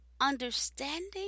understanding